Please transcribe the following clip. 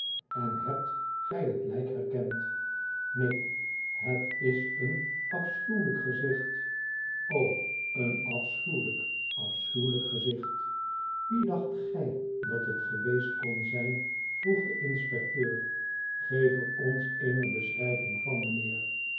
n hebt gij het lijk herkend v neen het iseen ichuwelijk gezicht een afschuwelijk afschuwelijk gezicht wie dacht gij dat het geweest kon zijn vroeg de inspecteur geef er ons eene beschrijving van mijnheer